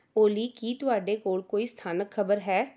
ਓਲੀ ਕੀ ਤੁਹਾਡੇ ਕੋਲ ਕੋਈ ਸਥਾਨਕ ਖ਼ਬਰ ਹੈ